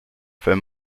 fait